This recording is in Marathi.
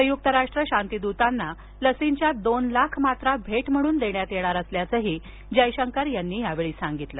संयुक्त राष्ट्र शांतिदूतांना लसींच्या दोन लाख मात्रा भेट म्हणून देण्यात येणार असल्याचंही त्यांनी सांगितलं